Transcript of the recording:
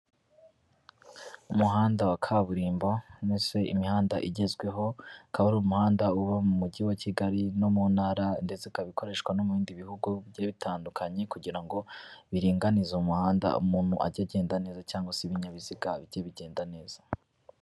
Umuhanda wa kaburimbo umeze imihanda igezweho, akaba ari umuhanda uba mu mujyi wa Kigali no mu ntara ndetse ikaba ikoreshwa no mu bindi bihugu bigiye bitandukanye, kugira ngo biringanize umuhanda, umuntu ajye agenda neza cyagwa se ibinyabiziga bijye bigenda neza.